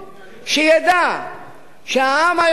שידע שהעם היום מביט,